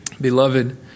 Beloved